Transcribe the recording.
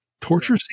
torture